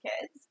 kids